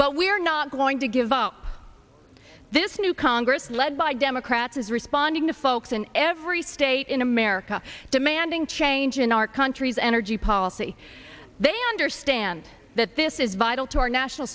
but we're not going to give up this new congress led by democrats is responding to folks in every state in america demanding change in our country's energy policy they understand that this is vital to our national